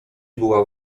była